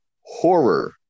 horror